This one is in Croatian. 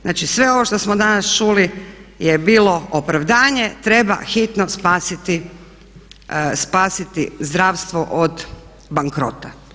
Znači, sve ovo što smo danas čuli je bilo opravdanje, treba hitno spasiti zdravstvo od bankrota.